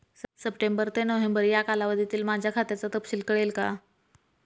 September ते November या कालावधीतील माझ्या खात्याचा तपशील कळेल का?